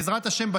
בעזרת השם,